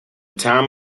time